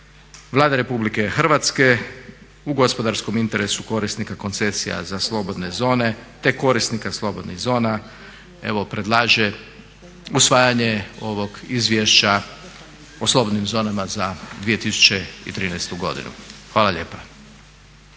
Vlada Republike Hrvatske u gospodarskom interesu korisnika koncesija za slobodne zone te korisnika slobodnih zona predlaže usvajanje ovog Izvješća o slobodnim zonama za 2013. godinu. Hvala lijepa.